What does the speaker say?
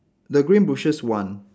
the green bushes one